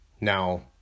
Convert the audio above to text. now